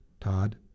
Todd